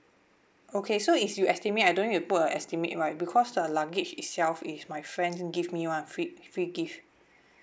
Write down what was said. okay so is you estimate I don't need to put a estimate right because the luggage itself is my friends give me [one] free free gift